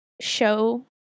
show